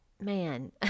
man